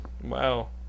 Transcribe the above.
Wow